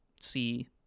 see